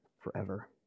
forever